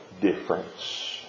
difference